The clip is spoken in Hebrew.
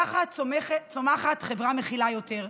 ככה צומחת חברה מכילה יותר,